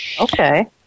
Okay